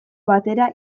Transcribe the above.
batera